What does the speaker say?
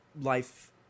life